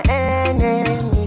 enemy